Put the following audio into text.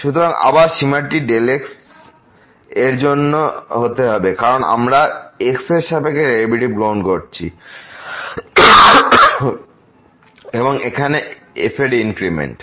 সুতরাং আবার সীমাটি Δx এর জন্য হতে হবে কারণ আমরা x এর সাপেক্ষে ডেরিভেটিভ গ্রহণ করছি এবং এখানে f এর ইনক্রিমেন্ট